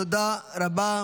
תודה רבה.